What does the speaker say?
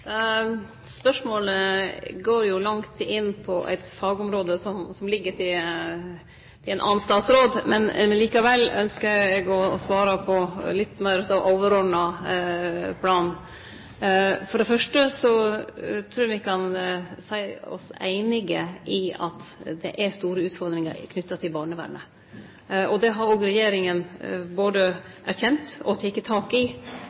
Spørsmålet går jo langt inn på eit fagområde som ligg til ein annan statsråd. Men likevel ynskjer eg å svare på eit litt meir overordna plan. For det fyrste trur eg me kan seie oss einige i at det er store utfordringar knytte til barnevernet, og det har regjeringa både erkjent og teke tak i